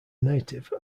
native